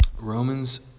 Romans